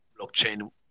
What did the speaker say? blockchain